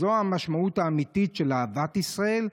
זאת המשמעות האמיתית של אהבת ישראל.